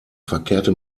verkehrte